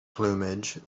plumage